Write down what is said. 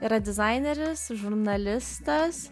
yra dizaineris žurnalistas